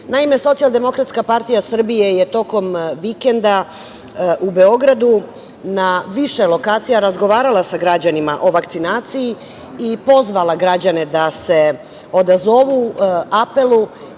itd. Naime, Socijaldemokratska partija Srbije je tokom vikenda u Beogradu na više lokacija razgovarala sa građanima o vakcinaciji i pozvala građane da se odazovu apelu